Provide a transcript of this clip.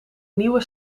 nieuwe